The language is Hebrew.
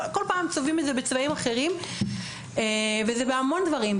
כל פעם צובעים את זה בצבעים אחרים וזה קורה בהמון דברים,